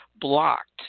blocked